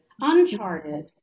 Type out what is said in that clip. uncharted